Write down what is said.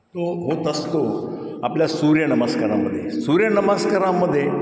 तो होत असतो आपल्या सूर्यनमस्कारामध्ये सूर्यनमस्कारामध्ये